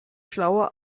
schlauer